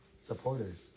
Supporters